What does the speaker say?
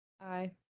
Aye